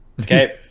Okay